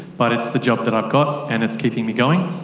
but it's the job that i've got, and it's keeping me going.